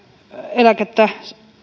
eläkettä